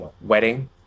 wedding